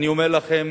אני אומר לכם,